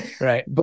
right